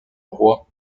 roi